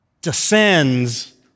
descends